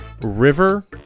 River